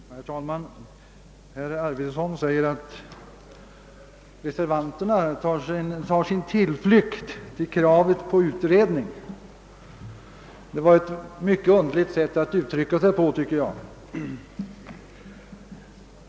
Herr talman! Herr Arvidson säger att reservanterna tar sin tillflykt till kravet på utredning. Det var ett mycket underligt påstående, tycker jag.